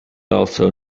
also